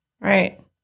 Right